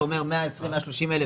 אתה אומר שיש 130,000-120,000,